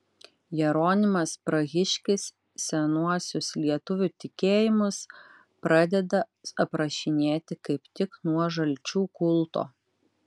jeronimas prahiškis senuosius lietuvių tikėjimus pradeda aprašinėti kaip tik nuo žalčių kulto